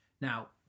Now